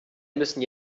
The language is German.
müssen